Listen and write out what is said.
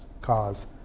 cause